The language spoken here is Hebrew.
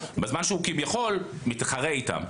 בזמן שהוא כביכול מתחרה איתם.